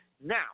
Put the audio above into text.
Now